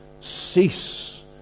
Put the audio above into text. cease